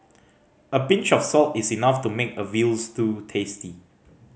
a pinch of salt is enough to make a veal stew tasty